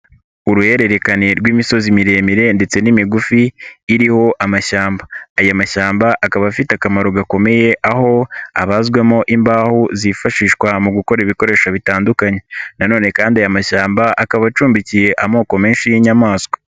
Uruhererekane rw'imisozi miremire ndetse n'imigufi iriho amashyamba, aya mashyamba akaba afite akamaro gakomeye aho abazwamo imbaho zifashishwa mu gukora ibikoresho bitandukanye nanone kandi aya mashyamba akaba acumbikiye amoko menshi y'inyamaswa.